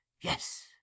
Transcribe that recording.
Yes